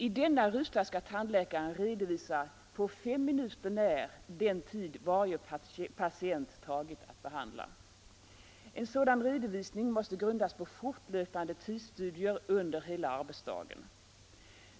I denna ruta skall tandläkaren redovisa på fem minuter när, den tid varje patient tagit att behandla. En sådan redovisning måste grundas på fortlöpande tidsstudier under hela arbetsdagen.